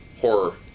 horror